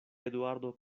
eduardo